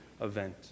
event